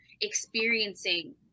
experiencing